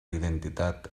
identitat